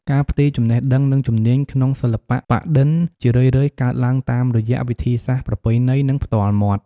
ការផ្ទេរចំណេះដឹង និងជំនាញក្នុងសិល្បៈប៉ាក់-ឌិន ជារឿយៗកើតឡើងតាមរយៈវិធីសាស្ត្រប្រពៃណី និងផ្ទាល់មាត់។